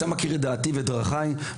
אתה מכיר את דעתי ואת דרכיי,